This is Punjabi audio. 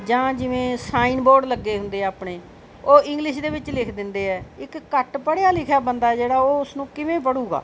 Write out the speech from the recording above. ਜਾਂ ਜਿਵੇਂ ਸਾਈਨ ਬੋਰਡ ਲੱਗੇ ਹੁੰਦੇ ਆ ਆਪਣੇ ਉਹ ਇੰਗਲਿਸ਼ ਦੇ ਵਿੱਚ ਲਿਖ ਦਿੰਦੇ ਆ ਇੱਕ ਘੱਟ ਪੜ੍ਹਿਆ ਲਿਖਿਆ ਬੰਦਾ ਜਿਹੜਾ ਉਹ ਉਸਨੂੰ ਕਿਵੇਂ ਪੜੂਗਾ